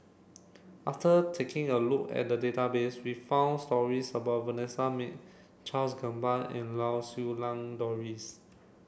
after taking a look at the database we found stories about Vanessa Mae Charles Gamba and Lau Siew Lang Doris